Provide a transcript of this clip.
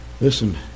Listen